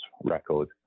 record